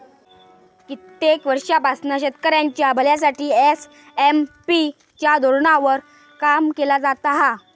कित्येक वर्षांपासना शेतकऱ्यांच्या भल्यासाठी एस.एम.पी च्या धोरणावर काम केला जाता हा